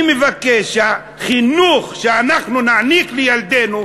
אני מבקש שהחינוך שאנחנו נעניק לילדינו,